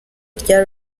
rya